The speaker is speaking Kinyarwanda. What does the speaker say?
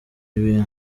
ibihe